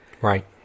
Right